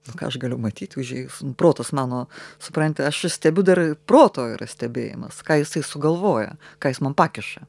nu ką aš galiu matyt užėjus protas mano supranti aš stebiu dar proto yra stebėjimas ką jisai sugalvoja ką jis man pakiša